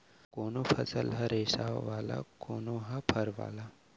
कोनो फसल ह रेसा वाला, कोनो ह फर वाला